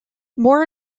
more